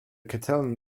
catalan